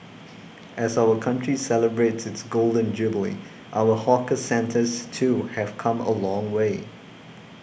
as our country celebrates its Golden Jubilee our hawker centres too have come a long way